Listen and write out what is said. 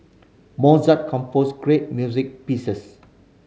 mozart composed great music pieces